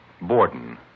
Borden